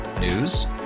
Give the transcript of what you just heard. News